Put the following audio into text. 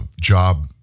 job